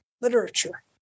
literature